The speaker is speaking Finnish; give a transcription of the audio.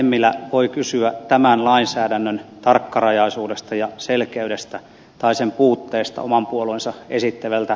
hemmilä voi kysyä tämän lainsäädännön tarkkarajaisuudesta ja selkeydestä tai sen puutteesta oman puolueensa esittävältä